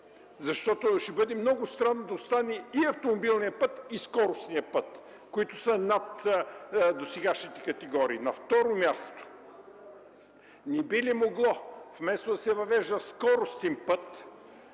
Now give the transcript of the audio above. такъв? Ще бъде много странно да останат и автомобилният път, и скоростният път. Те са над досегашните категории. На второ място, не би ли могло вместо да се въвежда скоростен път,